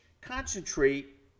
concentrate